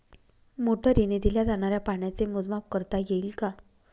मोटरीने दिल्या जाणाऱ्या पाण्याचे मोजमाप करता येईल का?